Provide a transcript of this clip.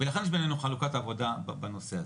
ולכן יש בינינו חלוקת עבודה בנושא הזה.